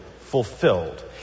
fulfilled